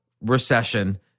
recession